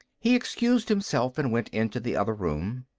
he excused himself and went into the other room.